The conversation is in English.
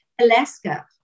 Alaska